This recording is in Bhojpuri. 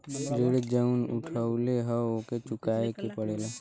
ऋण जउन उठउले हौ ओके चुकाए के पड़ेला